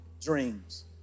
dreams